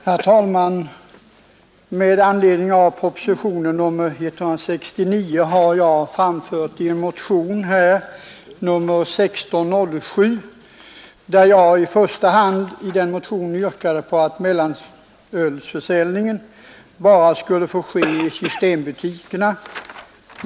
Herr talman! Med anledning av propositionen 159 har jag väckt en motion, nr 1607, där jag i första hand har yrkat att mellanölsförsäljning skall få ske endast i systembutikerna.